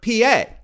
PA